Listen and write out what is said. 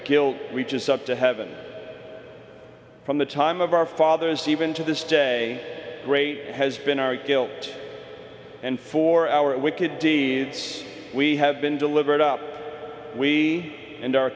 guilt reaches up to heaven from the time of our fathers even to this day great has been our guilt and for our wicked deeds we have been delivered up we and our